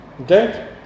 Okay